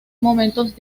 momentos